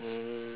mm